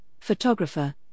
photographer